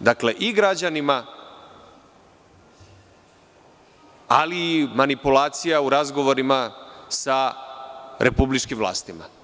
dakle i građanima, ali i manipulacija u razgovorima sa republičkim vlastima.